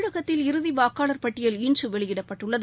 தமிழகத்தில் இறுதிவாக்காளர் பட்டியல் இன்றுவெளியிடப்பட்டுள்ளது